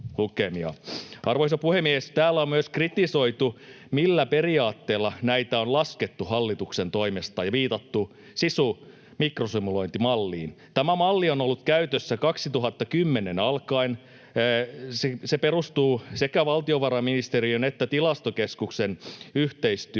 Arvoisa puhemies! Täällä on myös kritisoitu, millä periaatteella näitä on laskettu hallituksen toimesta, ja viitattu SISU-mikrosimulointimalliin. Tämä malli on ollut käytössä vuodesta 2010 alkaen. Se perustuu sekä valtiovarainministeriön että Tilastokeskuksen yhteistyöhön.